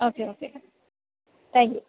ആ okay okay thank U